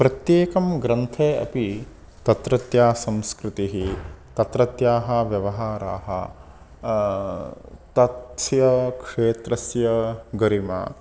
प्रत्येकस्मिन् ग्रन्थे अपि तत्रत्या संस्कृतिः तत्रत्याः व्यवहाराः तत्स्य क्षेत्रस्य गरिमा